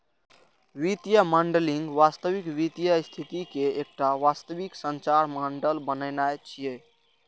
वित्तीय मॉडलिंग वास्तविक वित्तीय स्थिति के एकटा वास्तविक सार मॉडल बनेनाय छियै